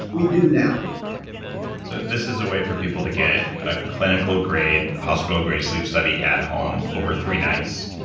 we do now so this is a way for people to get a clinical grade, hospital grade sleep study at home over three nights,